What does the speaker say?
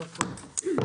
הישיבה ננעלה בשעה 19:19.